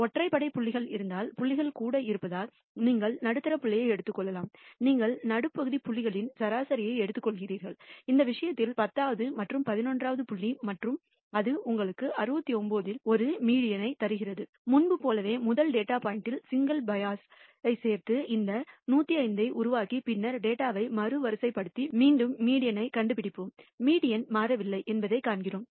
ஒற்றைப்படை புள்ளிகள் இருந்தால் புள்ளிகள் கூட இருப்பதால் நீங்கள் நடுத்தர புள்ளியை எடுத்துக்கொள்ளலாம் நீங்கள் நடுப்பகுதி புள்ளிகளின் சராசரியை எடுத்துக்கொள்கிறீர்கள் இந்த விஷயத்தில் பத்தாவது மற்றும் பதினொன்றாவது புள்ளி மற்றும் அது உங்களுக்கு 69 இல் ஒரு மீடியன் ஐ தருகிறது முன்பு போலவே முதல் டேட்டா பாயிண்டில் சிங்கிள் பயாஸ் ஐ சேர்த்து இந்த 105 ஐ உருவாக்கி பின்னர் டேட்டாவை மறுவரிசைப்படுத்தி மீண்டும் மீடியன் ஐ கண்டுபிடிப்போம் மீடியன் மாறவில்லை என்பதைக் காண்கிறோம்